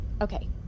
Okay